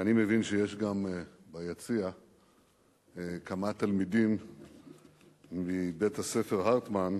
ואני מבין שיש ביציע גם כמה תלמידים מבית-הספר "הרטמן"